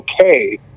okay